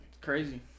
crazy